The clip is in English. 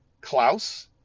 Klaus